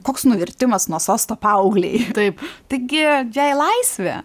koks nuvirtimas nuo sosto paauglei taip taigi jai laisvė